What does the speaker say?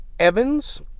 Evans